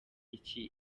iki